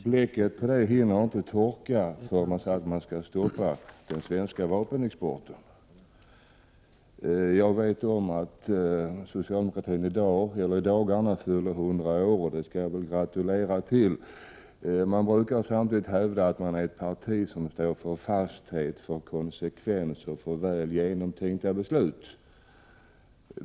Trycksvärtan hinner inte torka förrän distriktsstämman säger att man skall agera för att stoppa den svenska vapenexporten. Jag är medveten om att det socialdemokratiska partiet i dagarna fyller 100 år, och det vill jag gratulera till. Man brukar hävda att man är ett parti som står för fasthet, konsekvens och väl genomtänkta beslut.